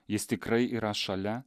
jis tikrai yra šalia